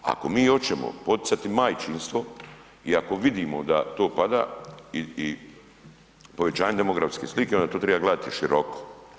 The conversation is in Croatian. Ako mi hoćemo poticati majčinstvo i ako vidimo da to pada i povećanje demografske slike onda to treba gledati široko.